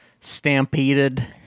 stampeded